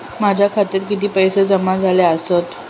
माझ्या खात्यात किती पैसे जमा झाले आसत?